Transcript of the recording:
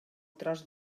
tros